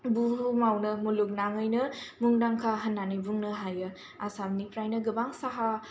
बुहुमावनो मुलुगनाङैनो मुंदांखा होननानै बुंनो हायो आसामनिफ्रायनो गोबां साहा